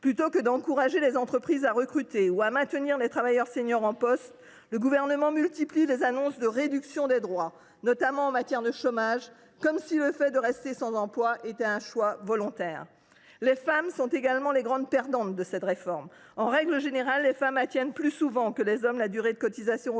Plutôt que d’encourager les entreprises à recruter ou à maintenir les seniors en poste, le Gouvernement multiplie les annonces de réduction des droits, notamment en matière de chômage, comme si le fait de rester sans emploi relevait d’un choix volontaire. Les femmes sont également les grandes perdantes de cette réforme. En règle générale, elles atteignent plus souvent que les hommes la durée de cotisation requise